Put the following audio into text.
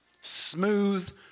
Smooth